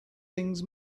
things